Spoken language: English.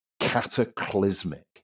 cataclysmic